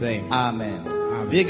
Amen